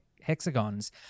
hexagons